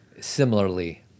similarly